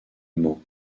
man